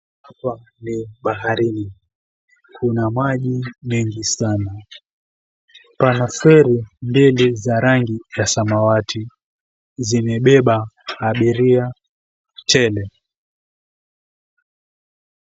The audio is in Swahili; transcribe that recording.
Hapa ni baharini. Kuna maji mengi sana. Pana feri mbili za rangi ya samawati zimebeba abiria tele.